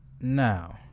Now